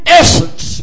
essence